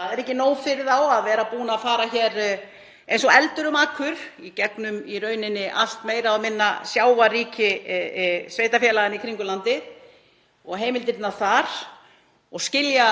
Það er ekki nóg fyrir þá að vera búnir að fara eins og eldur um akur í gegnum meira og minna allt sjávarríki sveitarfélaganna í kringum landið og heimildirnar þar og skilja